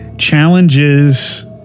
challenges